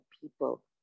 people